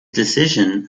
decision